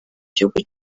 gihugu